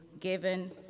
given